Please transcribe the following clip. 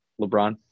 LeBron